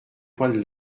coin